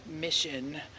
mission